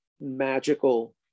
magical